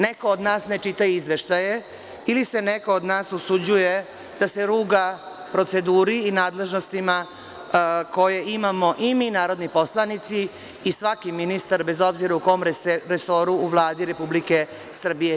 Neko od nas ne čita izveštaje, ili se neko od nas usuđuje da se ruga proceduri i nadležnostima koje imamo i mi narodni poslanici i svaki ministar, bez obzira u kom resoru u Vladi Republike Srbije bio.